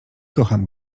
kocham